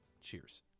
Cheers